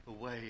away